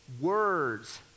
Words